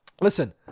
listen